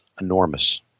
enormous